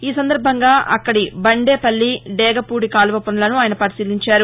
ఈ సందర్బంగా అక్కడి బండేపల్లి డేగపూడి కాల్వ పసులను ఆయన పరిశీలించారు